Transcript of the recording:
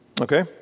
Okay